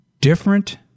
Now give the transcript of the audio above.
different